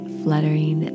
fluttering